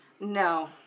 No